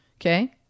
Okay